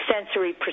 sensory